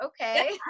okay